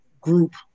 group